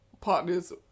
partners